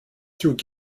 through